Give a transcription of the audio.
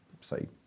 Say